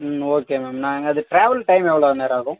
ம் okay ma'am நாங்கள் அது ட்ராவல் டைம் எவ்வளோ நேரம் ஆகும்